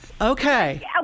Okay